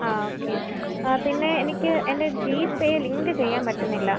ആ ഓക്കെ ആ പിന്നെ എനിക്ക് എൻ്റെ ജിപേ ലിങ്ക് ചെയ്യാൻ പറ്റുന്നില്ല